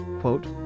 quote